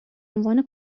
عنوان